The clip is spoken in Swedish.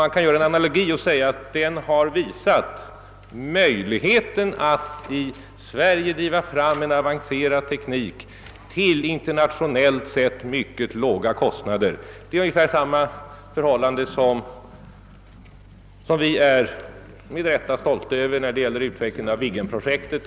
Man kan göra en analogi och säga att vi har visat möjligheten att i Sverige driva fram en avancerad teknik till internationellt sett mycket låga kostnader. Det är ungefär samma förhållande här som beträffande ett annat projekt, som vi med rätta kan vara stolta över, nämligen utvecklingen av Viggen-projektet.